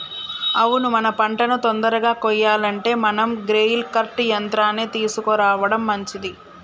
అవును మన పంటను తొందరగా కొయ్యాలంటే మనం గ్రెయిల్ కర్ట్ యంత్రాన్ని తీసుకురావడం మంచిది